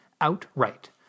outright